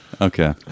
okay